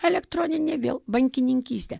elektroninė vėl bankininkystė